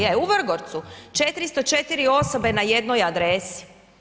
Je u Vrgorcu, 404 osobe na jednoj adresi.